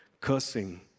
cursing